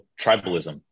tribalism